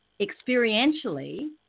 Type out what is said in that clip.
experientially